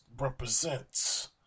represents